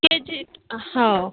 के जी हो